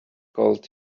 called